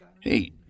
Hey